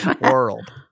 world